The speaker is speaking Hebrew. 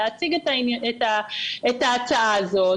להציג את ההצעה הזאת.